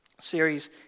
series